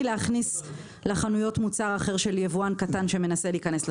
להכניס לחנויות מוצר אחר של יבואן קטן שמנסה להיכנס לשוק.